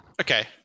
okay